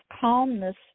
calmness